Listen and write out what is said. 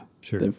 sure